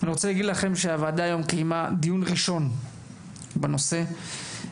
אני רוצה להגיד לכם שהוועדה היום קיימה את הדיון הראשון בנושא ואנחנו